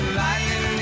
lightning